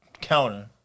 counter